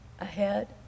ahead